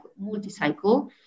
Multicycle